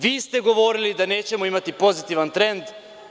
Vi ste govorili da nećemo imati pozitivan trend.